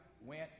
went